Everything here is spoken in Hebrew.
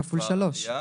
זה כבר עלייה.